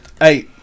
Hey